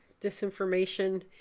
disinformation